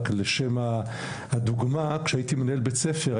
רק לשם הדוגמה: כשהייתי מנהל בית ספר,